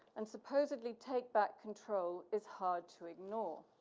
and supposedly take back control is hard to ignore.